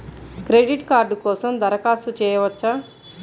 Credit card కోసం దరఖాస్తు చేయవచ్చా?